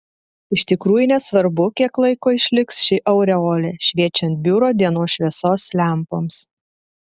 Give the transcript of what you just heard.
iš tikrųjų nesvarbu kiek laiko išliks ši aureolė šviečiant biuro dienos šviesos lempoms